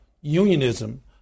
unionism